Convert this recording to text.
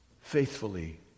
Faithfully